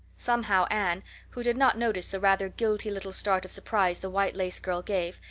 somehow anne who did not notice the rather guilty little start of surprise the white-lace girl gave,